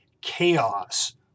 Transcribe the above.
chaos